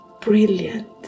brilliant